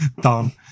done